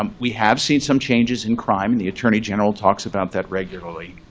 um we have seen some changes in crime, and the attorney general talks about that regularly.